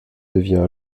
devient